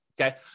okay